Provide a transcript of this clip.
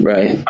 Right